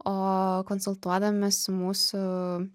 o konsultuodamiesi su mūsų